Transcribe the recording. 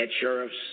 sheriffs